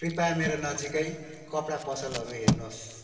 कृपया मेरो नजिकै कपडा पसलहरू हेर्नोस्